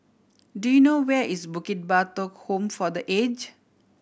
do you know where is Bukit Batok Home for The Age